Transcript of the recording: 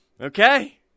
Okay